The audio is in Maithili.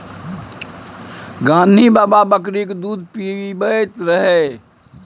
गान्ही बाबा बकरीक दूध पीबैत रहय